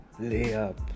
layup